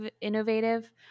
Innovative